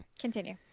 continue